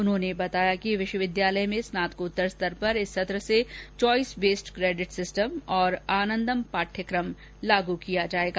उन्होंने बताया कि विश्वविद्यालय में स्नातकोत्तर स्तर पर इस सत्र से चॉइस बेस्ड क्रेडिट सिस्टम एवं आनंदम पाठ्यक्रम लाग किया जाएगा